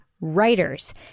WRITERS